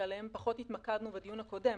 שעליהם פחות התמקדנו בדיון הקודם,